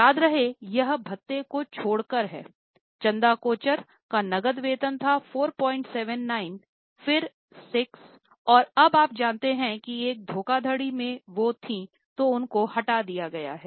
याद रहे यह भत्ते को छोड़कर है चंदा कोचर का नकद वेतन था 479 फिर 6 और अब आप जानते हैं कि वह एक धोखाधड़ी में थी तो उनको हटा दिया गया है